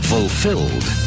Fulfilled